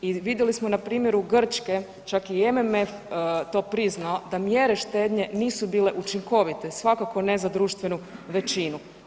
I vidjeli smo na primjeru Grčke, čak je i MMF to priznao da mjere štednje nisu bile učinkovite, svakako ne za društvenu većinu.